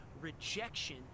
rejection